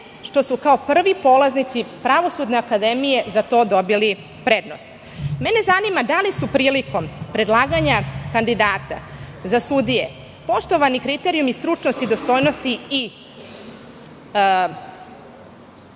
što su kao prvi polaznici Pravosudne akademije za to dobili prednost? Zanima da li su prilikom predlaganja kandidata za sudije poštovani kriterijumi stručnosti i dostojnosti